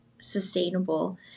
sustainable